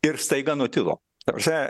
ir staiga nutilo ta prasme